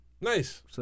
Nice